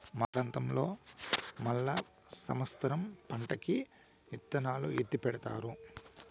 మా ప్రాంతంలో మళ్ళా సమత్సరం పంటకి ఇత్తనాలు ఎత్తిపెడతారు